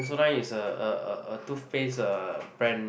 Sensodyne is a a a toothpaste uh brand